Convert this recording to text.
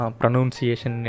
pronunciation